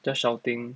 just shouting